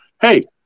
Hey